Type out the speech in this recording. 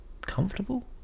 comfortable